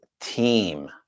team